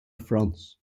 france